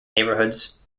neighborhoods